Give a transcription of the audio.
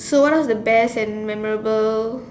so what are the best and memorable